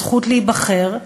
זכות להיבחר,